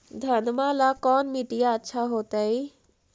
घनमा ला कौन मिट्टियां अच्छा होतई?